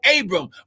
Abram